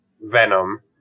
Venom